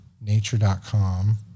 nature.com